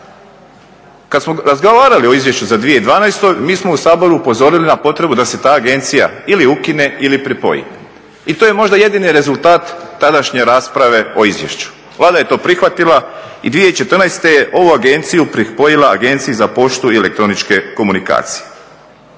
Kad smo razgovarali o izvješću za 2012., mi smo u Saboru upozorili na potrebu da se ta agencija ili ukine ili pripoji i to je možda jedini rezultat tadašnje rasprave o izvješću. Vlada je to prihvatila i 2014. je ovu agenciju pripojila Agenciji za poštu i elektroničke komunikacije.